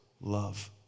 love